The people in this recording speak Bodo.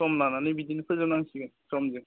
सम लानानै बिदिनो फोजोबनांसिगोन समजों